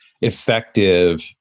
effective